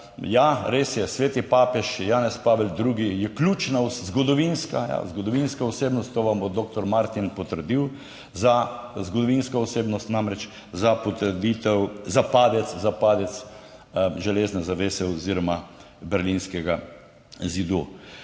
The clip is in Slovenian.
res je, sveti papež Janez Pavel II. je ključna zgodovinska osebnost - to vam bo doktor Martin potrdil, za zgodovinsko osebnost, namreč, za padec železne zavese oziroma Berlinskega zidu.